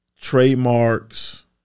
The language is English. trademarks